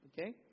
Okay